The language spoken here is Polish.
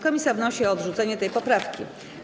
Komisja wnosi o odrzucenie tej poprawki.